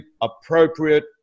appropriate